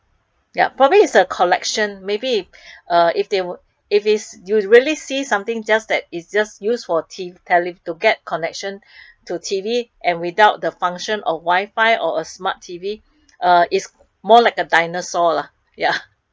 yup probably is the collection maybe uh if they would if is you really see something just that is just use for T_V tele~ to get connection to T_V and without the function of Wi-Fi or a smart T_V uh is more like a dinosaur lah ya